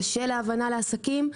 קשה להבנה לעסקים.